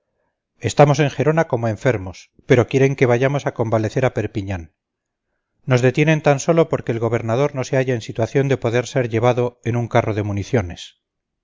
en gerona como enfermos pero quieren que vayamos a convalecer a perpiñán nos detienen tan sólo porque el gobernador no se halla en situación de poder ser llevado en un carro de municiones